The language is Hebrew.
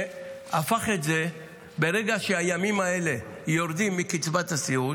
שהפך את זה לכך שברגע שהימים האלה יורדים מקצבת הסיעוד,